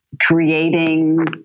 creating